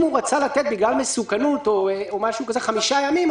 אם הוא רצה לתת בגלל מסוכנות חמישה ימים,